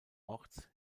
orts